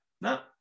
No